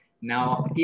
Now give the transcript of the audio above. now